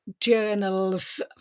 journals